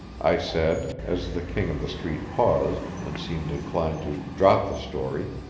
i said, as the king of the street paused and seemed inclined to drop the story.